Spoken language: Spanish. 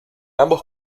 ambos